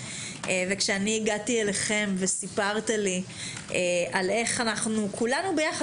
וכשהגעתי אליכם וסיפרת לי איך כולנו ביחד